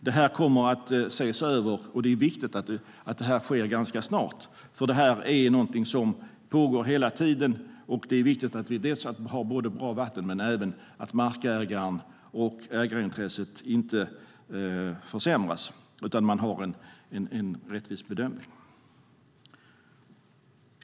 Detta kommer att ses över, och det är viktigt att det sker ganska snart. Det är nämligen någonting som pågår hela tiden, och det är viktigt att vi både har bra vatten och att ägarintresset inte försämras utan att man har en rättvis bedömning.